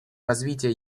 развития